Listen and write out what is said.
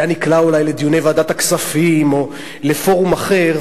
היה נקלע אולי לדיוני ועדת הכספים או לפורום אחר,